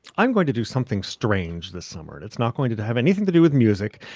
i'm going to do something strange this summer. it's not going to to have anything to do with music,